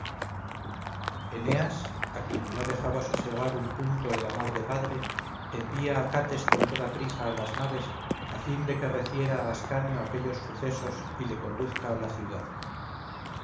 progenitores larguísima serie trasmitida por tantos héroes desde el origen de un antiguo linaje eneas a quien no dejaba sosegar un punto el amor de padre envía a acates con toda prisa a las naves a fin de que refiera a ascanio aquellos sucesos y le conduzca a la ciudad